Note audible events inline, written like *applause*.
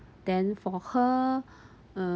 then for her *breath*